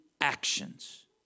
actions